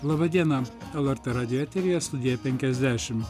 laba diena lrt radijo tv studija penkiasdešimt